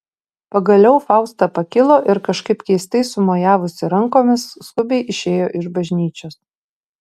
pagaliau fausta pakilo ir kažkaip keistai sumojavusi rankomis skubiai išėjo iš bažnyčios